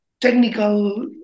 technical